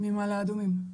ממעלה אדומים.